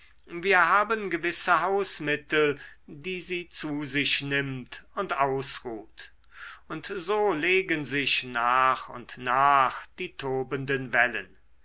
wir haben gewisse hausmittel die sie zu sich nimmt und ausruht und so legen sich nach und nach die tobenden wellen